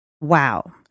Wow